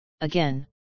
again